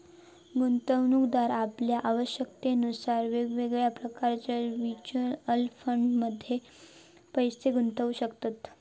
गुंतवणूकदार आपल्या आवश्यकतेनुसार वेगवेगळ्या प्रकारच्या म्युच्युअल फंडमध्ये पैशे गुंतवू शकतत